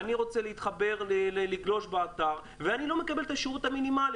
הוא רוצה לגלוש באתר והוא לא מקבל את השירות המינימלי.